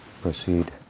proceed